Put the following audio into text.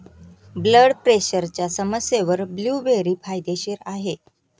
blood प्रेशरच्या समस्येवर blueberry फायदेशीर आहे